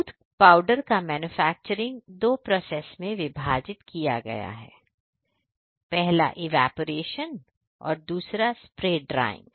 दूध पाउडर का मैन्युफैक्चरिंग दो प्रोसेस में विभाजित किया गया है पहला इवेपरेशन और दूसरा स्प्रे ड्राइंग